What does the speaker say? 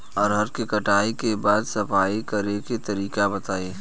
रहर के कटाई के बाद सफाई करेके तरीका बताइ?